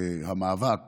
המאבק